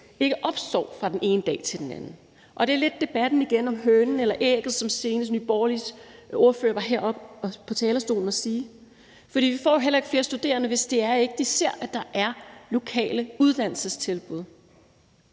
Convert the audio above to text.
ikke opstår fra den ene dag til den anden, og det er igen lidt debatten om hønen eller ægget, sådan som Nye Borgerliges ordfører senest var heroppe på talerstolen og tale om. For vi får heller ikke flere studerende, hvis de ikke kan se, at der er lokale uddannelsestilbud.